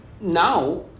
now